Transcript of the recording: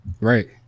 right